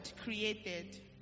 created